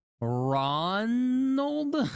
Ronald